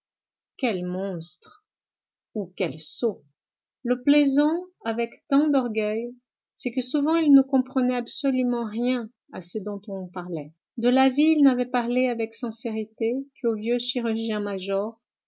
quels monstres ou quels sots le plaisant avec tant d'orgueil c'est que souvent il ne comprenait absolument rien à ce dont on parlait de la vie il n'avait parlé avec sincérité qu'au vieux